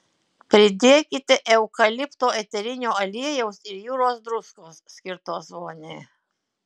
pridėkite eukalipto eterinio aliejaus ir jūros druskos skirtos voniai